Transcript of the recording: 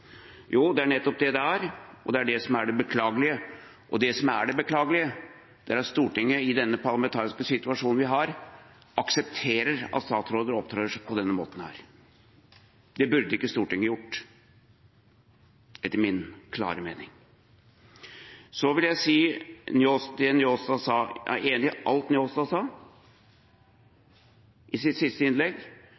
Jo, det er nettopp det det er – det er det som er det beklagelige. Og det som er det beklagelige, er at Stortinget, i den parlamentariske situasjonen vi har, aksepterer at statsråder opptrer på denne måten. Det burde ikke Stortinget gjort, etter min klare mening. Så vil jeg si om det Njåstad sa: Jeg er enig i alt Njåstad sa i sitt siste innlegg,